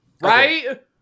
Right